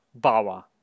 bawa